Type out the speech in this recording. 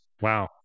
Wow